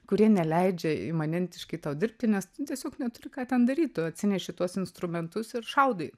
kurie neleidžia imanentiškai tau dirbti nes tiesiog neturi ką ten daryt tu atsineši tuos instrumentus ir šaudai